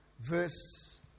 Verse